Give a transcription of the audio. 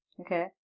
Okay